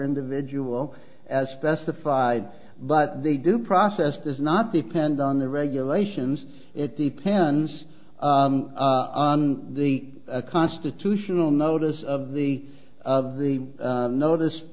individual as specified but they do process does not depend on the regulations it depends on the constitutional notice of the of the notice